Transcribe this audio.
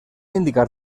indicar